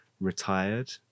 retired